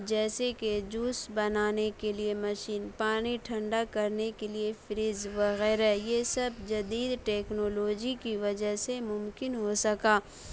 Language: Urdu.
جیسے کہ جوس بنانے کے لیے مشین پانی ٹھنڈا کرنے کے لیے فریج وغیرہ یہ سب جدید ٹیکنولوجی کی وجہ سے ممکن ہو سکا